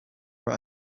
were